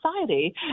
society